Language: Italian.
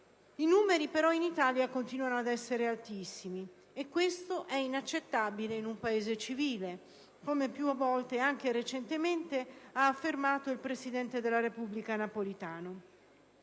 i numeri però in Italia continuano ad essere altissimi e questo è inaccettabile in un Paese civile, come più volte, anche recentemente, ha affermato il presidente della Repubblica Napolitano.